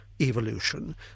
evolution